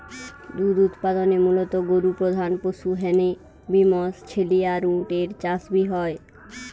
দুধ উতপাদনে মুলত গরু প্রধান পশু হ্যানে বি মশ, ছেলি আর উট এর চাষ বি হয়